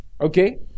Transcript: Okay